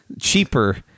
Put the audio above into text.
cheaper